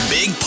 Big